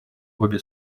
обе